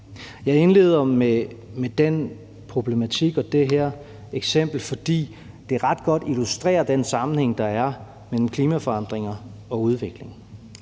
Jeg indleder med den problematik og det her eksempel, fordi det ret godt illustrerer den sammenhæng, der er mellem klimaforandringer og udvikling.